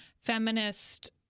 feminist